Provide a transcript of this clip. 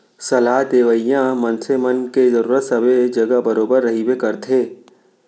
सलाह देवइया मनसे मन के जरुरत सबे जघा बरोबर रहिबे करथे